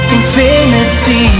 infinity